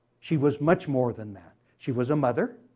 she was much more than that. she was a mother.